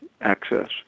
access